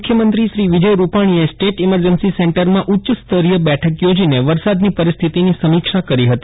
મુખ્યમંત્રી વિજય રૂપાણીએ state emergency સેન્ટરમાં ઉચ્ચસ્તરીય બેઠક યોજીને વરસાદની પરિસ્થિતિની સમીક્ષા કરી હતી